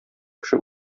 кеше